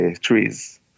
trees